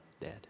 dead